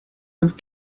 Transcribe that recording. have